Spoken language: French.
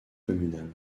communales